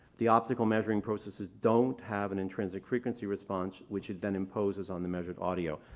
the optical measuring processes don't have an intrinsic frequency response, which it then imposes on the measured audio.